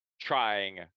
trying